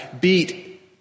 beat